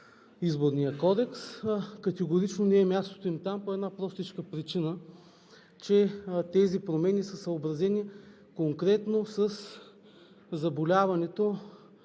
Изборния кодекс. Категорично не е мястото им там по една простичка причина – тези промени са съобразени конкретно със заболяването,